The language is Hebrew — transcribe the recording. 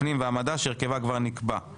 בוועדת הפנים ובוועדת המדע שהרכבה כבר הוקרא.